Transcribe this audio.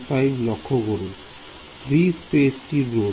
free স্পেসটির রোধ